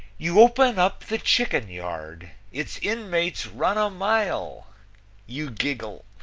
you open up the chicken-yard its inmates run a mile you giggle,